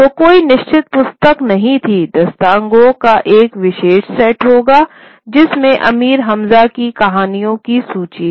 तो कोई निश्चित पुस्तक नहीं थीदास्तानगो का एक विशेष सेट होगा जिसमें अमीर हमजा की कहानियों की सूची हैं